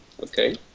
Okay